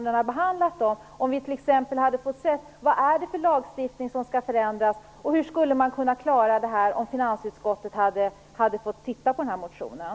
Vi hade t.ex. kunnat få se vilken lagstiftning som skall förändras och hur man skulle kunna klara det om finansutskottet hade fått titta på motionen.